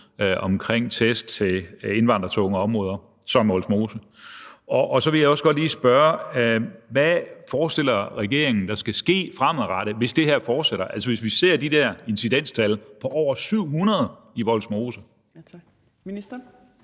omkring test til indvandrertunge områder som Vollsmose? Så vil jeg også godt lige spørge: Hvad forestiller regeringen sig, at der skal ske fremadrettet, hvis det her fortsætter, altså, hvis vi ser de her incidenstal på over 700 i Vollsmose? Kl. 15:34